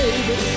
Baby